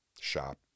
shop